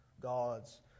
God's